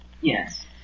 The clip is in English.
Yes